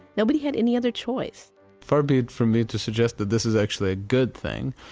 nobody had any other choice far be it for me to suggest that this is actually a good thing,